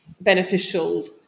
beneficial